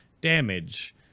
damage